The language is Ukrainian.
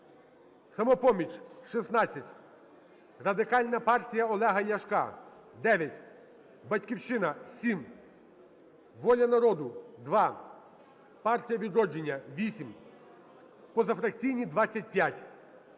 "Самопоміч" – 16, Радикальна партія Олега Ляшка – 9, "Батьківщина" – 7, "Воля народу" – 2, "Партія "Відродження" – 8, позафракційні – 25.